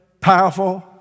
powerful